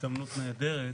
הזדמנות נהדרת